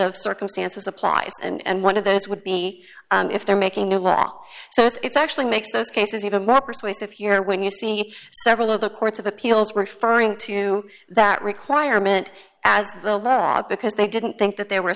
of circumstances applies and one of those would be if they're making new law so it's actually makes those cases even more persuasive here when you see several of the courts of appeals referring to that requirement as the law because they didn't think that there were